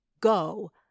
go